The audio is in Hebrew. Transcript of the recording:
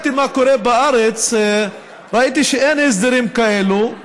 בארץ, ראיתי שאין הסדרים כאלה,